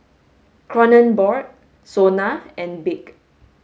Kronenbourg SONA and BIC